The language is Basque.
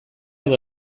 edo